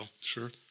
Sure